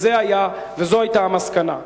וזו היתה המסקנה,